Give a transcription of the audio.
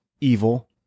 evil